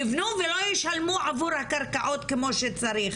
יבנו ולא ישלמו עבור הקרקעות כמו שצריך